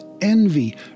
envy